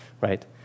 right